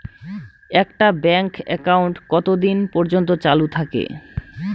একটা bank account কতদিন পর্যন্ত চালু থাকে?